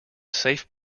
safe